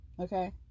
Okay